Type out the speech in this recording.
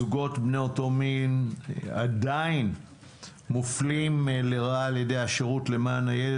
זוגות בני אותו מין עדיין מופלים לרעה על ידי השירות למען הילד,